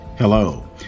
Hello